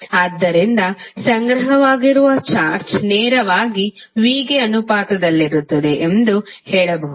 ಆದ್ದರಿಂದ ಸಂಗ್ರಹವಾಗಿರುವ ಚಾರ್ಜ್ ನೇರವಾಗಿ v ಗೆ ಅನುಪಾತದಲ್ಲಿರುತ್ತದೆ ಎಂದು ಹೇಳಬಹುದು